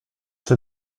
czy